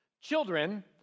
Children